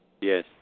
Yes